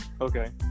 Okay